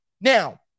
Now